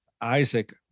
isaac